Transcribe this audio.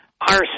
arson